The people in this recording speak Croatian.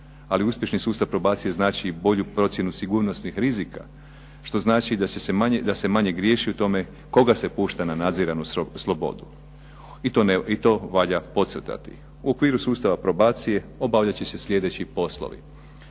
ali uspješni sustav probacije znači i bolju procjenu sigurnosnih rizika, to znači da se manje griješi u tome koga se pušta na nadziranu slobodu. I to valja podcrtati. U okviru sustava probacije obavljat će se sljedeći poslovi.